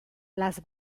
las